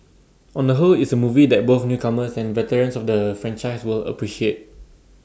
on the whole it's A movie that both newcomers and veterans of the franchise will appreciate